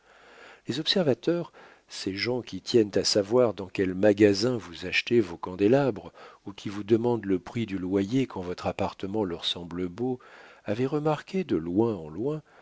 les observateurs ces gens qui tiennent à savoir dans quel magasin vous achetez vos candélabres ou qui vous demandent le prix du loyer quand votre appartement leur semble beau avaient remarqué de loin en loin